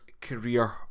career